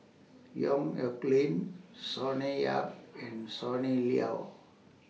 Yong Nyuk Lin Sonny Yap and Sonny Liew